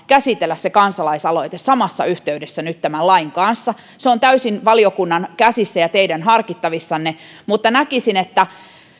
käsitellä se kansalaisaloite samassa yhteydessä nyt tämän lain kanssa se on täysin valiokunnan käsissä ja teidän harkittavissanne mutta näkisin että